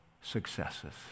successes